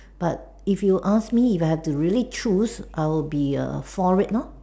but if you ask me if I have to really choose I would be uh for it lor